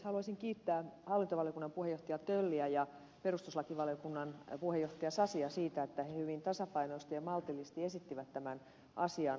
haluaisin kiittää hallintovaliokunnan puheenjohtajaa tölliä ja perustuslakivaliokunnan puheenjohtajaa sasia siitä että he hyvin tasapainoisesti ja maltillisesti esittivät tämän asian